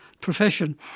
profession